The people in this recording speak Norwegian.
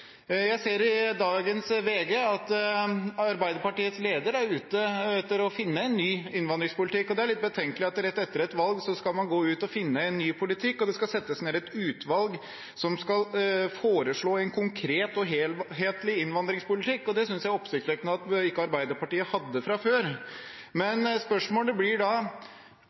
Jeg ser i dagens VG at Arbeiderpartiets leder er ute etter å finne en ny innvandringspolitikk. Det er litt betenkelig at man rett etter et valg skal gå ut og finne en ny politikk og sette ned et utvalg som skal foreslå en konkret og helhetlig innvandringspolitikk. Det synes jeg det er oppsiktsvekkende at Arbeiderpartiet ikke hadde fra før. Spørsmålet blir da: